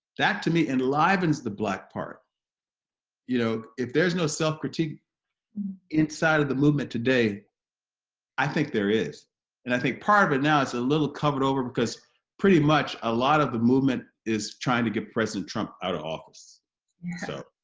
that to me enlivens the black part you know if there's no self-critique inside of the movement today i think there is and i think part of it now is a little covered over because pretty much a lot of the movement is trying to get president trump out of office so